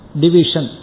division